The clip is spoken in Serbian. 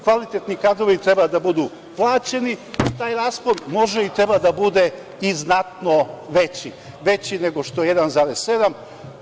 Kvalitetni kadrovi treba da budu plaćeni, taj raspon može i treba da bude i znatno veći, veći nego što je 1,7.